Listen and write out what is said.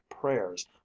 prayers